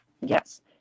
yes